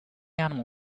animal